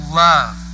love